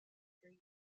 street